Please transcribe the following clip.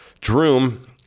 Droom